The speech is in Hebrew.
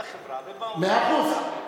ובחברה, ובאמנות, מאה אחוז.